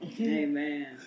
Amen